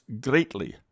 greatly